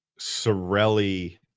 Sorelli